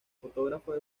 fotógrafos